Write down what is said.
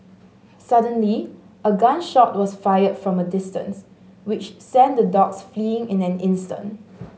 suddenly a gun shot was fired from a distance which sent the dogs fleeing in an instant